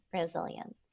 resilience